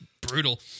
Brutal